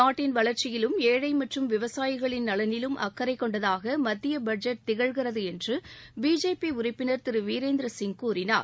நாட்டின் வளர்ச்சியிலும் ஏழை மற்றும் விவசாயிகளின் நலனிலும் அக்கறை கொண்டதாக மத்திய பட்ஜெட் திகழ்கிறது என்று பிஜேபி உறுப்பினர் திரு வீரேந்திர சிங் கூறினார்